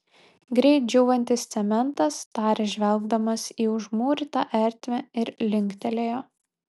greit džiūvantis cementas tarė žvelgdamas į užmūrytą ertmę ir linktelėjo